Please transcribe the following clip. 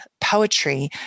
poetry